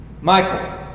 Michael